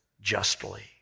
justly